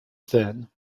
thin